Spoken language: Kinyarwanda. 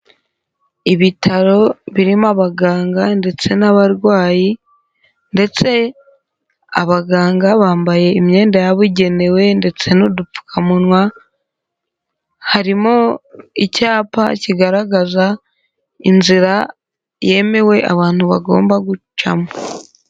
Ibitaro birimo abaganga ndetse n'abarwayi, ndetse abaganga bambaye imyenda yabugenewe ndetse n'udupfukamunwa, harimo icyapa kigaragaza inzira yemewe abantu bagomba gucamo.